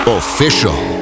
official